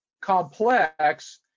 complex